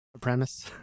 premise